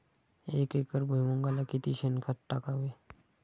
एक एकर भुईमुगाला किती शेणखत टाकावे?